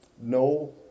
no